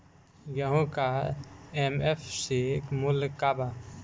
गेहू का एम.एफ.सी मूल्य का बा?